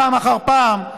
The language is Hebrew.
פעם אחר פעם,